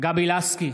גבי לסקי,